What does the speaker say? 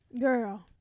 Girl